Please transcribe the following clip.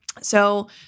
So-